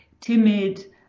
timid